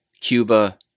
Cuba